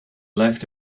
left